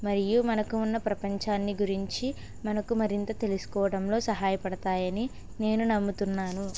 మరియు మనకు ఉన్న ప్రపంచాన్ని గురించి మనకు మరింత తెలుసుకోవడంలో సహాయపడతాయని నేను నమ్ముతున్నాను